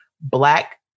black